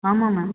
ஆமாம் மேம்